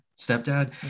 Stepdad